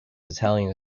italian